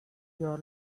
jar